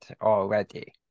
already